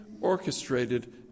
orchestrated